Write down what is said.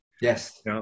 Yes